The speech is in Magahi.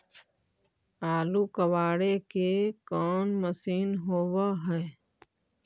आलू कबाड़े के कोन मशिन होब है?